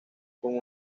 con